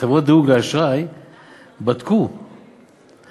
חברות דירוג האשראי בדקו את